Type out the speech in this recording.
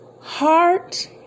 Heart